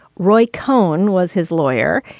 roy cohn was his lawyer.